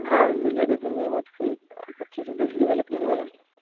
ہاں ملیے دو تین کے بعد پھر آپ اچھے سے دیکھ لیجیے گا لکڑی وغیرہ